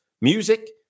music